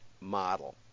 model